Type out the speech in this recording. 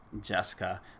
Jessica